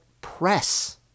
press